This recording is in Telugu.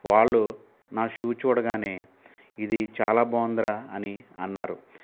వాళ్ళు నా షూ చూడగానే ఇది చాలా బాగుందిరా అని అన్నారు